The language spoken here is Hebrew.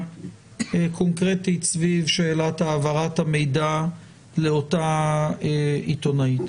קונקרטית סביב שאלת העברת המידע לאותה עיתונאית?